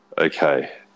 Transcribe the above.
Okay